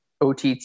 OTT